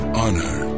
honor